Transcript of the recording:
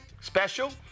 special